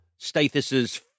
Stathis's